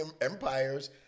empires